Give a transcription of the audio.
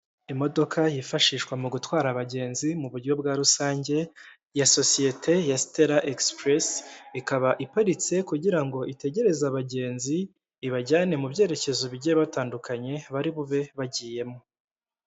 Imodoka yifashishwa mu gutwara abagenzi mu buryo bwa rusange, ya sosiyete ya Sitela egisipuresi, ikaba iparitse kugira ngo itegereze abagenzi ibajyane mu byerekezo bigiye bitandukanye bari bube bagiyemo.